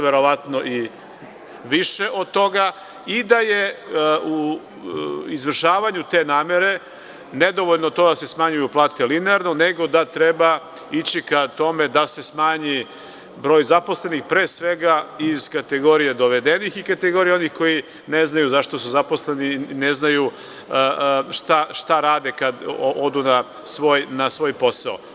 Verovatnoi više od toga i da je u izvršavanju te namere nedovoljno to da se smanjuju plate linearno, nego da treba ići ka tome da se smanji broj zaposlenih, pre svega iz kategorije dovedenih i kategorije onih koji ne znaju zašto su zaposleni, ne znaju šta rade kada odu na svoj posao.